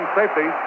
safety